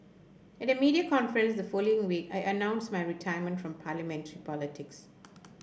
at a media conference the following week I announced my retirement from parliamentary politics